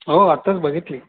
हो आताच बघितली